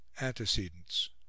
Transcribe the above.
Antecedents